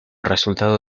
resultado